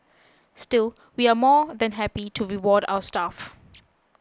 still we are more than happy to reward our staff